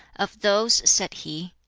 of those, said he,